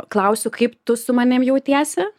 klausiu kaip tu su manim jautiesi